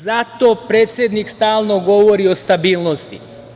Zato predsednik stalno govori o stabilnosti.